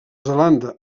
zelanda